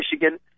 Michigan